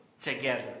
together